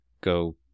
go